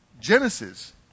Genesis